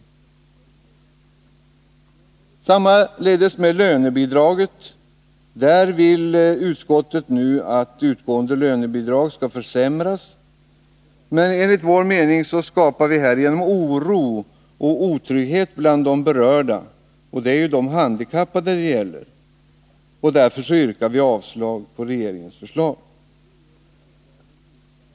Detsamma gäller lönebidraget. Utskottet vill att nu utgående lönebidrag skall försämras. Enligt vår mening skapas härigenom oro och otrygghet bland berörda. Det är de handikappade det gäller, och därför yrkar vi avslag på regeringens förslag.